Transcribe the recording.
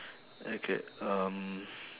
okay um